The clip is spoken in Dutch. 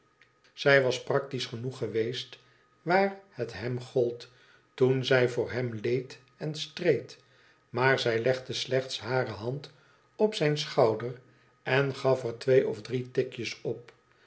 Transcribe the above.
zij was practisch genoeg geweest waar het hem gold toen zij voor hem leed en streed maar zij legde slechts hare hand op zijn schouder en gaf er twee of drie tikjes op